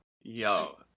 Yo